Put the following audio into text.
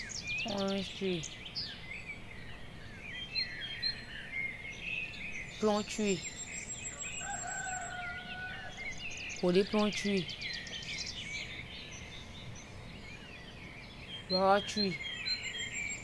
Orange tree, plum tree, golden plum tree, rubber tree